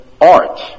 art